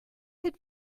had